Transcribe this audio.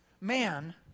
man